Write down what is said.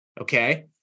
Okay